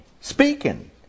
speaking